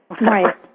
Right